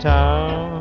town